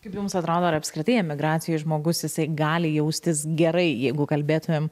kaip jums atrodo ar apskritai emigracijoj žmogus jisai gali jaustis gerai jeigu kalbėtumėm